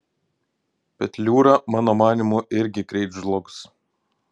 petliūra mano manymu irgi greit žlugs